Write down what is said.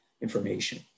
information